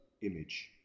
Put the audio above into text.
image